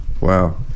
Wow